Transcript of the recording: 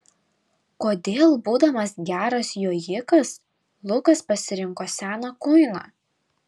kodėl būdamas geras jojikas lukas pasirinko seną kuiną